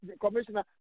commissioner